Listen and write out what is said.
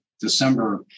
December